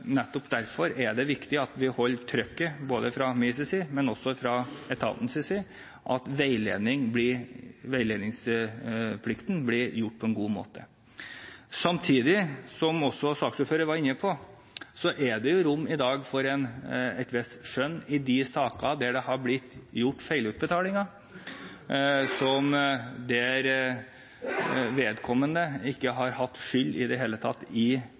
nettopp derfor er det viktig at vi både fra min side, og også fra etatens side, holder trykket på at veiledningsplikten blir gjort på en god måte. Samtidig – som også saksordføreren var inne på – er det rom i dag for et visst skjønn i de sakene der det har blitt gjort feilutbetalinger, der vedkommende ikke i det hele tatt har hatt skyld i feilutbetalingen, men har gitt korrekte opplysninger, og der det